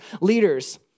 leaders